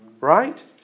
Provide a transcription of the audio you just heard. right